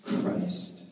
Christ